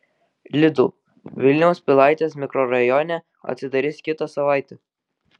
lidl vilniaus pilaitės mikrorajone atsidarys kitą savaitę